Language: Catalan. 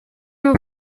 meu